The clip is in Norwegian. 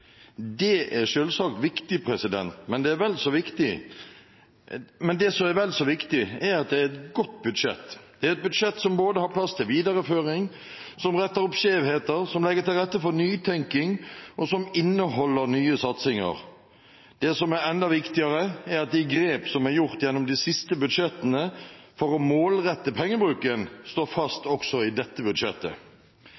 Det er selvsagt viktig, men det som er vel så viktig, er at det er et godt budsjett. Det er et budsjett som både har plass til videreføring, som retter opp skjevheter, som legger til rette for nytenking, og som inneholder nye satsinger. Det som er enda viktigere, er at de grep som er gjort gjennom de siste budsjettene for å målrette pengebruken, står fast også i dette budsjettet.